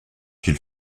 qu’il